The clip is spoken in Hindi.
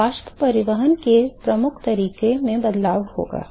तो ऊष्मा परिवहन के प्रमुख तरीके में बदलाव होगा